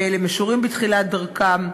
ולמשוררים בתחילת דרכם,